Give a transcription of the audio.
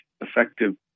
effective